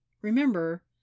remember